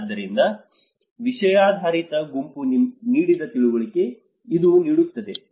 ಆದ್ದರಿಂದ ವಿಷಯಾಧಾರಿತ ಗುಂಪು ನೀಡಿದ ತಿಳುವಳಿಕೆ ಇದು ನೀಡುತ್ತದೆ